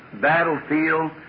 battlefield